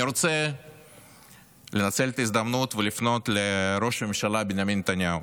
אני רוצה לנצל את ההזדמנות ולפנות לראש הממשלה בנימין נתניהו.